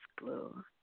Blue